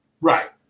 Right